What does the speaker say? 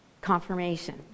confirmation